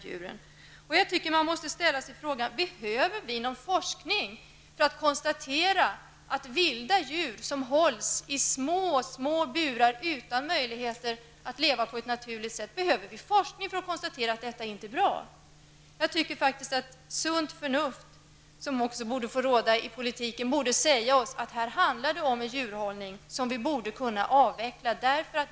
Man måste fråga sig om vi behöver någon forskning för att konstatera att det inte är bra att vilda djur förvaras i små, små burar utan möjlighet att leva på ett naturligt sätt. Jag tycker faktiskt att sunt förnuft, något som också borde få råda i politiken, säger oss att det här handlar om en djurhållning som vi borde kunna avveckla.